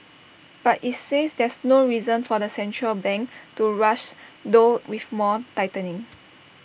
but IT says there's no reason for the central bank to rush though with more tightening